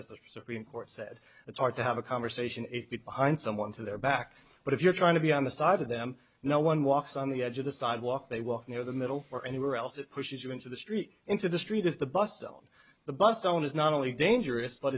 as the supreme court said it's hard to have a conversation a bit behind someone to their back but if you're trying to be on the side of them no one walks on the edge of the sidewalk they walk near the middle or anywhere else it pushes you into the street into the street is the bus on the bus someone is not only dangerous but